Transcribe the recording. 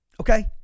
Okay